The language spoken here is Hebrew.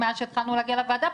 מאז שהתחלנו להגיע לוועדה,